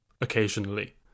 occasionally